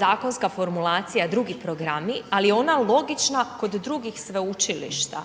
zakonska formulacija „drugi programi“ ali je ona logična kod drugih sveučilišta.